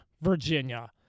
Virginia